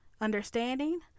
understanding